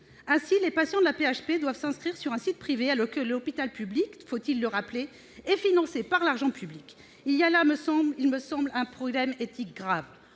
Ainsi, les patients de l'AP-HP doivent s'inscrire sur un site privé, alors que l'hôpital public, faut-il le rappeler, est financé par l'argent public ? Il y a là, me semble-t-il, un problème éthique grave.